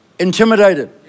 Intimidated